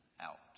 out